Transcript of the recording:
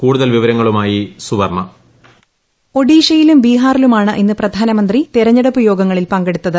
കൂടുതൽ വിവരങ്ങളുമായി സുവർണ്ണ വോയിസ് ഒഡീഷയിലും ബീഹാറിലുമാണ് ഇന്ന് പ്രധാനമന്ത്രി തെരഞ്ഞെടുപ്പ് യോഗങ്ങളിൽ പങ്കെടുത്തത്